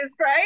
right